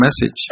message